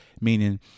meaning